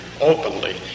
openly